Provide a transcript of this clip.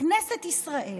שכנסת ישראל,